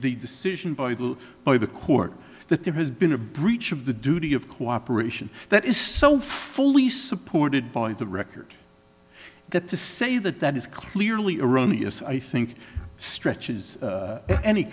the decision by the court that there has been a breach of the duty of cooperation that is so fully supported by the record that to say that that is clearly erroneous i think stretches